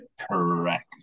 Correct